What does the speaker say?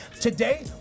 Today